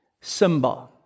Simba